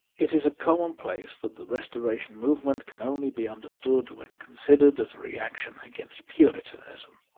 it is a commonplace that the restoration move ment can only be understood when considered as a reaction against puritanism.